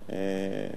מגיע לו גם.